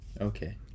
Okay